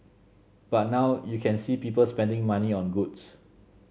but now you can see people spending money on goods